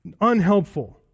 unhelpful